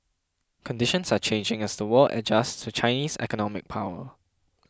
conditions are changing as the world adjusts to Chinese economic power